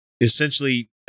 essentially